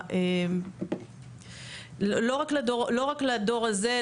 לא רק לדור הזה,